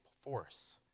force